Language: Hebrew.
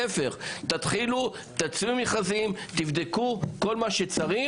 להפך, תתחילו, תוציאו מכרזים, תבדקו כל מה שצריך.